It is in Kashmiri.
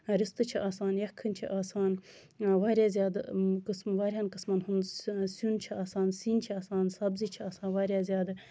رِستہٕ چھِ آسان یَخٕنۍ چھِ آسان واریاہ زیادٕ قٕسٕم واریاہَن قٕسمَن ہنز سیُن چھُ آسان سِنۍ چھِ آسان سَبزی چھِ آسان واریاہ زیاد